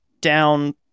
down